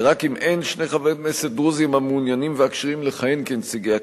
ורק אם אין שני חברי כנסת דרוזים המעוניינים וכשירים לכהן כנציגי הכנסת,